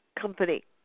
company